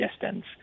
distance